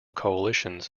coalitions